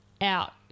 out